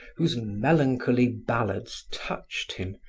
whose melancholy ballads touched him,